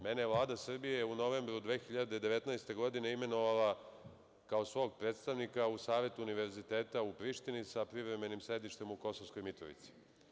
Mene je Vlada Srbije u novembru 2019. godine imenovala kao svog predstavnika u Savetu Univerziteta u Prištini sa privremenim sedištem u Kosovskoj Mitrovici.